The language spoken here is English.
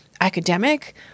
academic